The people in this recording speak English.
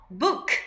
book